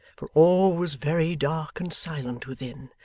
for all was very dark and silent within,